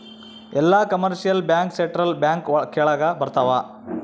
ಎಲ್ಲ commercial bank central bank ಕೆಳಗ ಬರತಾವ